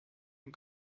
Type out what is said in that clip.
une